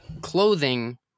clothing